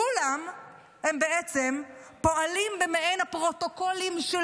כולם בעצם פועלים במעין הפרוטוקולים של